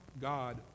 God